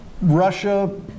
Russia